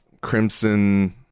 crimson